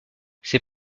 ses